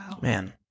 Man